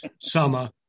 summer